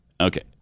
Okay